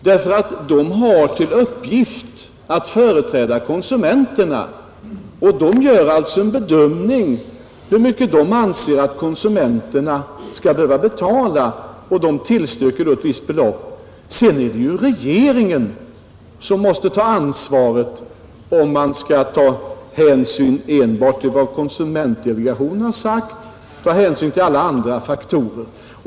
Den har till uppgift att företräda konsumenterna och gör alltså en bedömning av hur mycket den anser att konsumenterna skall behöva betala. Den tillstyrker då ett visst belopp. Sedan är det ju regeringen som måste ta ansvaret och bedöma om man skall ta hänsyn enbart till vad konsumentdelegationen sagt eller ta hänsyn också till andra faktorer.